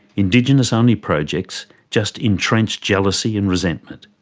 indigenous only projects just entrench jealously and resentment.